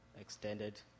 extended